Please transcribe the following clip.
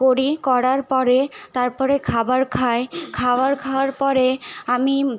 করি করার পরে তারপরে খাবার খাই খাবার খাওয়ার পরে আমি